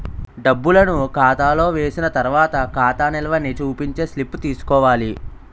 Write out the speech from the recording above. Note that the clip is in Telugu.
డబ్బులను ఖాతాలో వేసిన తర్వాత ఖాతా నిల్వని చూపించే స్లిప్ తీసుకోవాలి